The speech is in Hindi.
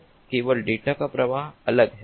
तो केवल डेटा का प्रवाह अलग है